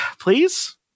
please